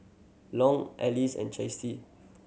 Long Alice and Chasity